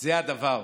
זה הדבר.